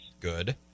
Good